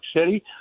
City